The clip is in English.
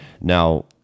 Now